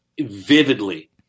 vividly